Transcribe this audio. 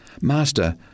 Master